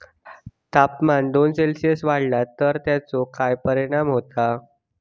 तापमान दोन सेल्सिअस वाढला तर तेचो काय परिणाम होता?